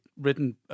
written